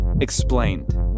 Explained